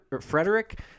Frederick